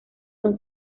son